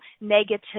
negative